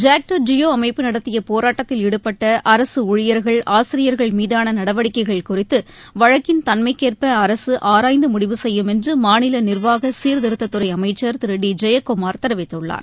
ஜாக்டோ ஜியோ அமைப்பு நடத்திய போராட்டத்தில் ஈடுபட்ட அரசு ஊழியர்கள் ஆசிரியர்கள் மீதான நடவடிக்கைகள் குறித்து வழக்கின் தன்மைக்கேற்ப அரசு ஆராய்ந்து முடிவு செய்யும் என்று மாநில நிர்வாக சீர்திருத்ததுறை அமைச்சர் திரு டி ஜெயக்குமார் தெரிவித்துள்ளார்